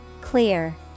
Clear